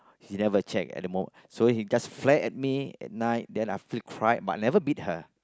she never check anymore so she just flare at me after cried but I never beat her